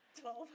Twelve